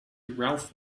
ralph